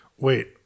Wait